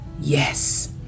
Yes